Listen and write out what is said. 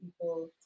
people